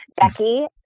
Becky